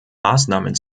maßnahmen